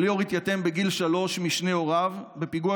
שליאור התייתם בגיל שלוש משני הוריו בפיגוע